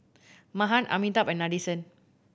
Mahan Amitabh and Nadesan